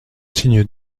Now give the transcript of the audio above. signe